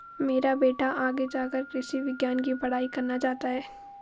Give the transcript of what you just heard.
मेरा बेटा आगे जाकर कृषि विज्ञान की पढ़ाई करना चाहता हैं